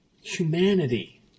Humanity